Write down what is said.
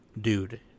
dude